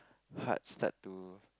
heart start to